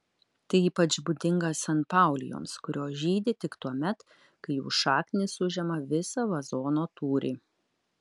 tai ypač būdinga sanpaulijoms kurios žydi tik tuomet kai jų šaknys užima visą vazono tūrį